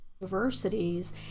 universities